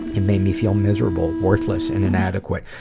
it made me feel miserable, worthless and inadequate.